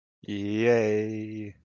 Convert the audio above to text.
Yay